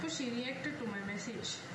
cause she reacted to my message